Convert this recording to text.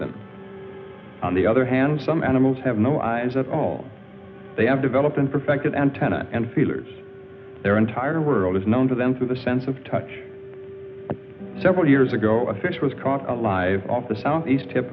them on the other hand some animals have no eyes at all they have developed and perfected antenna and feelers their entire world is known to them through the sense of touch several years ago a fish was caught alive off the southeast tip